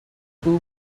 two